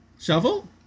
Shovel